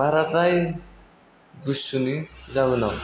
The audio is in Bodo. बाराद्राय गुसुनि जाउनाव